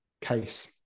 case